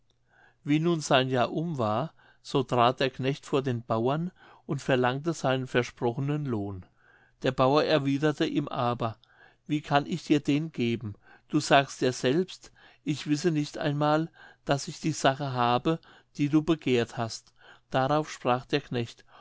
wie nun sein jahr um war so trat der knecht vor den bauern und verlangte seinen versprochenen lohn der bauer erwiederte ihm aber wie kann ich dir den geben du sagst ja selbst ich wisse nicht einmal daß ich die sache habe die du begehrt hast darauf sprach der knecht